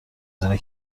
هزینه